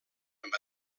amb